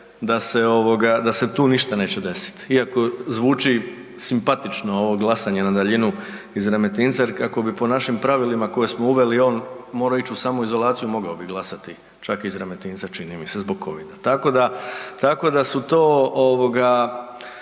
da se tu ništa neće desiti, iako zvuči simpatično glasanje na daljinu iz Remetinca jer kako bi po našim pravilima koja smo uveli on morao ići u samoizolaciju mogao bi glasati čak iz Remetinca čini mi se zbog covida. Tako da su to političke